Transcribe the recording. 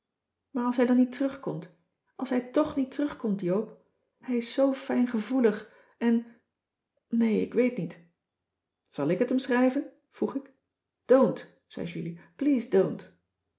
maar als hij dan niet terugkomt als hij tch niet terugkomt joop hij is zoo fijngevoelig en nee ik weet niet zal ik het hem schrijven vroeg ik don t zei julie please don